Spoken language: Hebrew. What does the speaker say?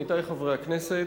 עמיתי חברי הכנסת,